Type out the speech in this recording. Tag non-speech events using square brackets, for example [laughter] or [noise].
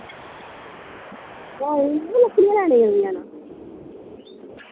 [unintelligible] लकड़ियां लैने कदूं जाना